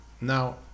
now